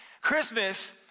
Christmas